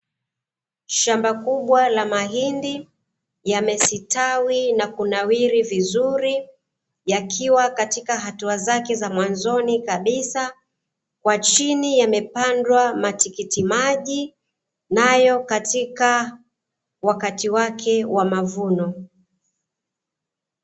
Shamba kubwa la mahindi, yamestawi na kunawiri vizuri, yakiwa katika hatua zake za mwanzoni kabisa, kwa chini yamepandwa matikiti maji, nayo katika wakati wake wa mavuno.